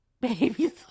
baby